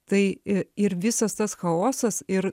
tai ir visas tas chaosas ir